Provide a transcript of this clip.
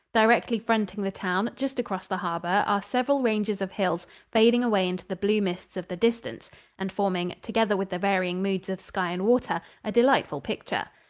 directly fronting the town, just across the harbor, are several ranges of hills fading away into the blue mists of the distance and forming, together with the varying moods of sky and water, a delightful picture.